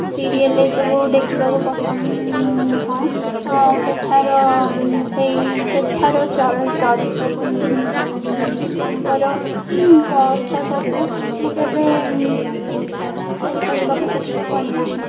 serial ଏସବୁ ଦେଖିବାକୁ ପସନ୍ଦ ନୁହଁ ସେଠାର ସେଇ ସେଠାର ଚର ଚରିତ୍ରକୁ ତାଙ୍କର ପୋଷାକକୁ ମୁଁ କେବେ ତିଆରି କରିବାକୁ ଚେଷ୍ଟା କରି ନାହିଁ